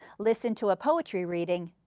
listen to a poetry reading,